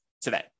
today